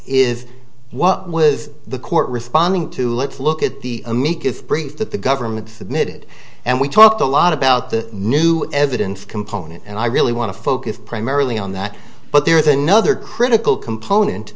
is what was the court responding to let's look at the amicus brief that the government submitted and we talked a lot about the new evidence component and i really want to focus primarily on that but there is another critical component